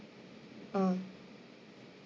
ah